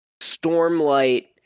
Stormlight